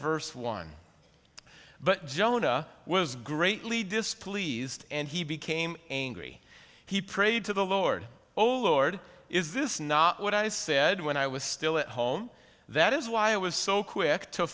verse one but jonah was greatly displeased and he became angry he prayed to the lord oh lord is this not what i said when i was still at home that is why i was so quick to